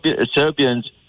Serbians